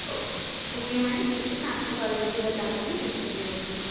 ओ okay ma'am ठीक है मैं आपको काल कर के बता दूँगी जैसे भी होगा